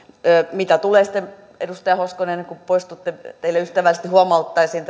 mitä tulee sitten edustaja hoskonen ennen kuin poistutte tähän vaihtoehtobudjettiin teille ystävällisesti huomauttaisin